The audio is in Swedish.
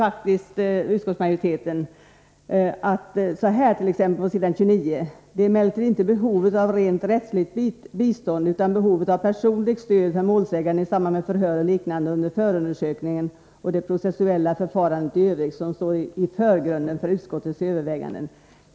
Utskottsmajoriteten säger på s. 29: ”Det är emellertid inte behovet av rent rättsligt bistånd utan behovet av personligt stöd för målsäganden i samband med förhör och liknande under förundersökningen och det processuella förfarandet i övrigt som står i förgrunden för utskottets överväganden.